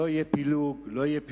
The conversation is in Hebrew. לא יהיה פילוג, לא יהיה פיצול,